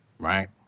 right